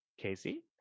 casey